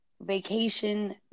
vacation